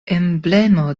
emblemo